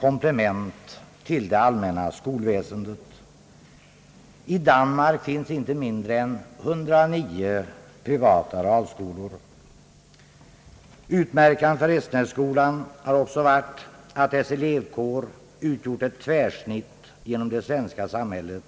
komplement till det allmänna skolväsendet. I Danmark finns t.ex. inte mindre än 109 privata realskolor. Utmärkande för Restenässkolan har också varit att dess elevkår utgjort ett tvärsnitt genom det svenska samhället.